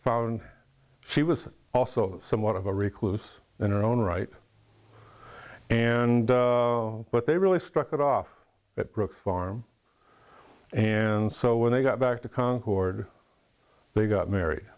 found she was also somewhat of a recluse in her own right and but they really struck it off at brook farm and so when they got back to concord they got married